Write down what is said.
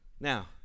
Now